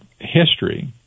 history